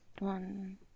One